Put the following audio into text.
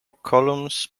columns